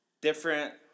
different